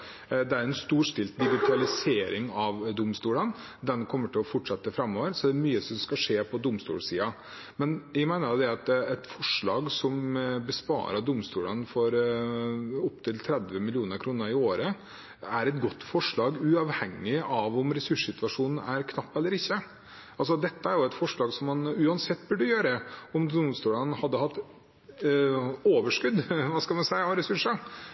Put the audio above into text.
Det er en storstilt digitalisering av domstolene, og den kommer til å fortsette framover, så det er mye som skal skje på domstolssiden. Men jeg mener at et forslag som gir en besparelse for domstolene på opptil 30 mill. kr i året, er et godt forslag uavhengig av om ressurssituasjonen er knapp eller ikke. Dette er jo et forslag som man burde vedtatt uansett om domstolene hadde hatt overskudd – eller hva man skal kalle det – av ressurser.